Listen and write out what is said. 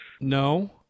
No